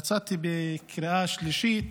יצאתי בקריאה שלישית